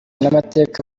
n’amateka